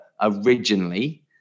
originally